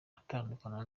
atandukana